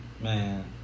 Man